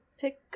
pick